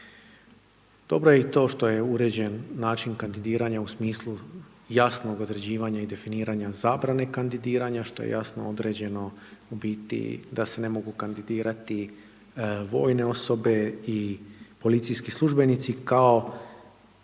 Dobro je i to što je uređen način kandidiranja u smislu jasnog određivanja i definiranja zabrane kandidiranja što je jasno određeno u biti da se ne mogu kandidirati vojne osobe i policijski službenici kao